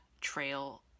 Trail